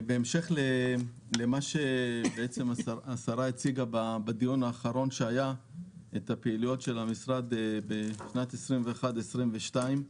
בהמשך להצגת השרה בדיון האחרון את פעילויות המשרד בשנת 21-22,